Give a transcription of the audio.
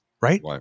Right